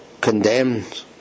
condemned